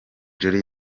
jolly